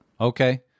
Okay